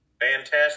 Fantastic